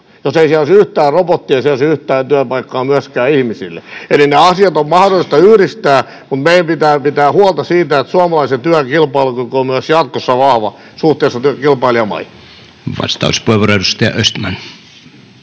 Jos ei siellä olisi yhtään robottia, siellä ei olisi yhtään työpaikkaa myöskään ihmisille. Eli nämä asiat on mahdollista yhdistää, mutta meidän pitää pitää huolta siitä, että suomalaisen työn kilpailukyky on myös jatkossa vahva suhteessa kilpailijamaihin. Arvoisa puhemies! Kun